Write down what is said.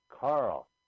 Carl